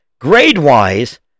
grade-wise